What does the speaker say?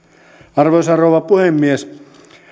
arvoisa rouva puhemies